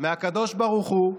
מהקדוש ברוך הוא.